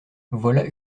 voilà